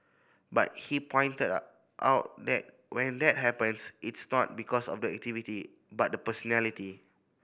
but he pointed out that when that happens it's not because of the activity but the personality